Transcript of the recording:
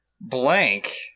Blank